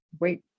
wait